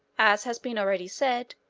as has been already said,